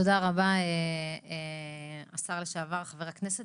תודה רבה לשר לשעבר וחבר הכנסת לשעבר ליצמן.